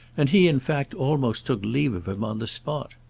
and he in fact almost took leave of him on the spot.